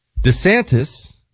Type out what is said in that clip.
DeSantis